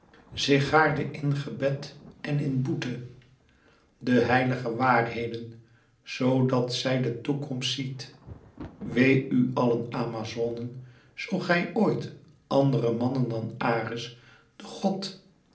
gaarde in gebed en in boete de heilige waarheden zoo dat zij de toekomst ziet wee u allen o amazonen zoo gij ooit andere mannen dan ares den god